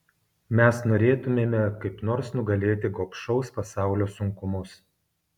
mes norėtumėme kaip nors nugalėti gobšaus pasaulio sunkumus